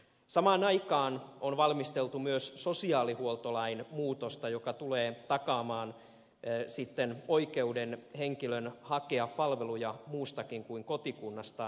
samaan aikaan on valmisteltu myös sosiaalihuoltolain muutosta joka tulee takaamaan sitten henkilölle oikeuden hakea palveluja muustakin kuin kotikunnastaan